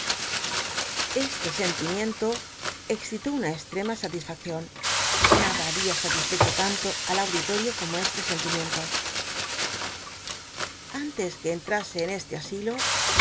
este sen timiento excitó una csttem atisfaccion nada habia satisfecho tanto al aud itorio como este sentimiento biblioteca nacional de españa da vid copper field antes que enlmse en este asilo